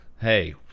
hey